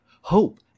hope